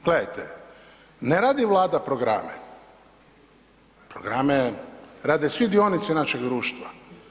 Gledajte, ne radi Vlada programe, programe rade svi dionici našeg društva.